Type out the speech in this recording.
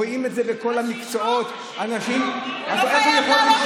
רואים את זה בכל המקצועות, אז שישמור.